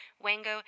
Wango